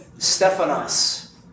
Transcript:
Stephanos